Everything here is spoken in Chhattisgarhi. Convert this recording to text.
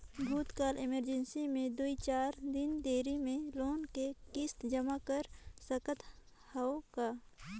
कभू काल इमरजेंसी मे दुई चार दिन देरी मे लोन के किस्त जमा कर सकत हवं का?